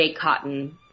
Cotton